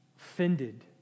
offended